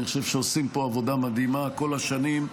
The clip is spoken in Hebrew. אני חושב שעושים פה עבודה מדהימה כל השנים,